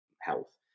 health